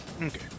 okay